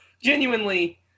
genuinely –